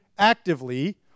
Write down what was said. Actively